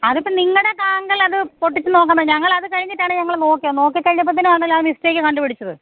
അതിപ്പം നിങ്ങളുടെ താങ്കളത് പൊട്ടിച്ചു നോക്കണം ഞങ്ങളത് കഴിഞ്ഞിട്ടാണ് ഞങ്ങൾ നോക്കിയെ നോക്കികഴിഞ്ഞപ്പോഴത്തേക്കാണല്ലോ മിസ്റ്റേക്ക് കണ്ടു പിടിച്ചത്